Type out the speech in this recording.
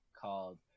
called